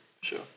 Sure